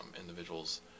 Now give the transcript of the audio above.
individuals